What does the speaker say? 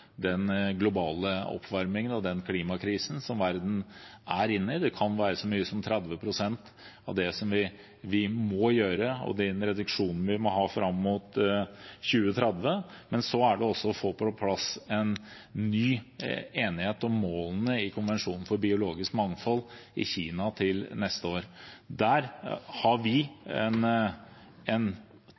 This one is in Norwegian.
den globale oppvarmingen og den klimakrisen som verden er inne i – det kan være så mye som 30 pst. reduksjon, og det må vi ha fram mot 2030. Men så gjelder det også å få på plass en ny enighet om målene i konvensjonen for biologisk mangfold i Kina til neste år. Der har vi en